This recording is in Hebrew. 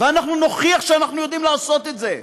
ואנחנו נוכיח שאנחנו יודעים לעשות את זה.